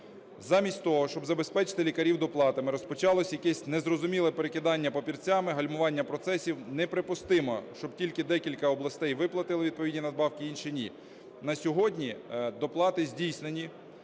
Замість того, щоб забезпечити лікарів доплатами, розпочалося якесь незрозуміле перекидання папірцями, гальмування процесів. Неприпустимо, щоб тільки декілька областей виплатили відповідні надбавки, інші - ні. На сьогодні доплати здійснені